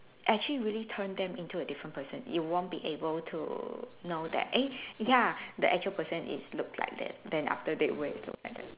actually really turn them into a different person you won't be able to know that eh ya the actual person is look like that then after they wear is look like that